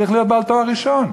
צריך להיות בעל תואר ראשון?